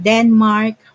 Denmark